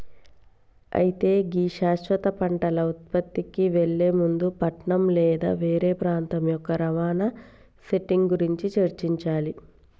అయితే గీ శాశ్వత పంటల ఉత్పత్తికి ఎళ్లే ముందు పట్నం లేదా వేరే ప్రాంతం యొక్క రవాణా సెట్టింగ్ గురించి చర్చించాలి